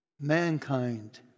Mankind